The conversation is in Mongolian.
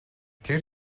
тэр